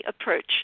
approach